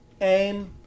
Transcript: aim